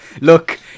Look